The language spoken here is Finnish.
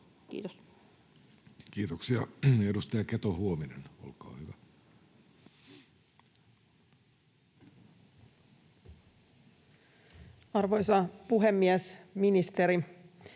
Kiitos. Kiitoksia. — Edustaja Keto-Huovinen, olkaa hyvä. Arvoisa puhemies! Ministeri!